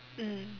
mm